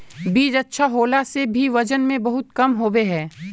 बीज अच्छा होला से भी वजन में बहुत कम होबे है?